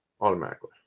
automatically